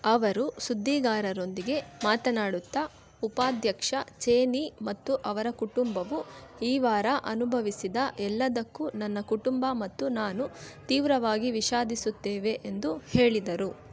ಅವರು ಸುದ್ದಿಗಾರರೊಂದಿಗೆ ಮಾತನಾಡುತ್ತಾ ಉಪಾಧ್ಯಕ್ಷ ಚೇನೀ ಮತ್ತು ಅವರ ಕುಟುಂಬವು ಈ ವಾರ ಅನುಭವಿಸಿದ ಎಲ್ಲದಕ್ಕೂ ನನ್ನ ಕುಟುಂಬ ಮತ್ತು ನಾನು ತೀವ್ರವಾಗಿ ವಿಷಾದಿಸುತ್ತೇವೆ ಎಂದು ಹೇಳಿದರು